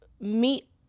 meet